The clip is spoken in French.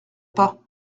pas